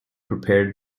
prepared